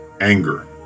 anger